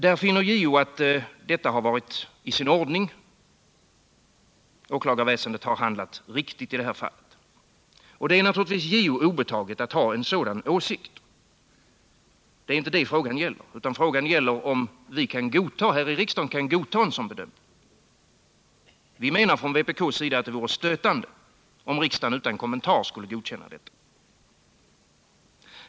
Där finner JO att åtalsunderlåtelsen har varit i sin ordning och att åklagarväsendet har handlat riktigt. Det är naturligtvis JO obetaget att ha en sådan åsikt. Det är inte detta frågan gäller utan om vi här i riksdagen kan godta en sådan bedömning. Vi från vpk menar att det vore högst stötande om riksdagen utan kommentar skulle godkänna den.